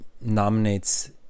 nominates